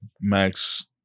Max